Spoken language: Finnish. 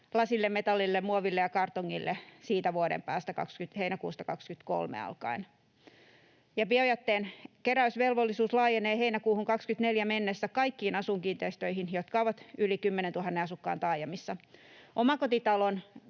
lasille, metallille, muoville ja kartongille siitä vuoden päästä, heinäkuusta 23 alkaen. Ja biojätteen keräysvelvollisuus laajenee heinäkuuhun 24 mennessä kaikkiin asuinkiinteistöihin, jotka ovat yli 10 000 asukkaan taajamissa. Omakotitalon